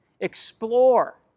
Explore